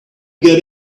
get